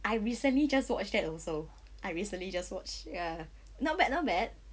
I recently just watch that also I recently just watch ya not bad not bad